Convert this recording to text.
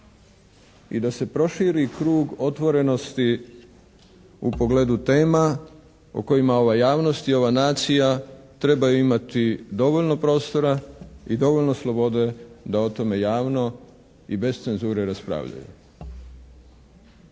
i da se proširi krug otvorenosti u pogledu tema o kojima ova javnost i ova nacija trebaju imati dovoljno prostora i dovoljno slobode da o tome javno i bez cenzure raspravljaju.